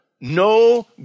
no